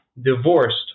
divorced